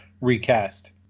recast